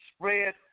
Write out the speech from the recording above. spread